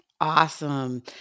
Awesome